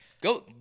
go